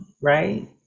right